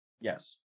Yes